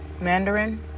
Mandarin